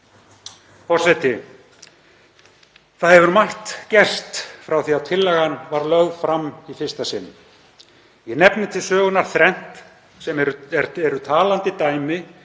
Það hefur margt gerst frá því að tillagan var lögð fram í fyrsta sinn. Ég nefni til sögunnar þrennt sem er talandi dæmi